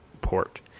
port